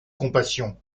compassion